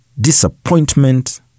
disappointment